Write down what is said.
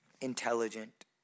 intelligent